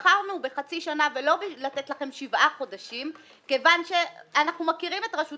בחרנו בחצי שנה ולא לתת לכם שבעה חודשים כיוון שאנחנו מכירים את רשות